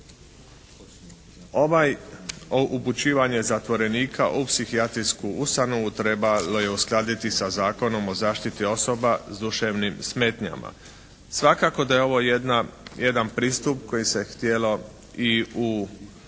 Ovaj upućivanje zatvorenika u psihijatrijsku ustanovu trebalo je uskladiti sa Zakonom o zaštiti osoba s duševnim smetnjama. Svakako da je ovo jedan pristup kojim se htjelo i u